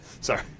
Sorry